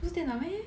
不是电脑 meh